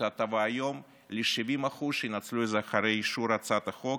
ההטבה היום ל-70% שינצלו את זה אחרי אישור הצעת החוק.